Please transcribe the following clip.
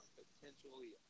potentially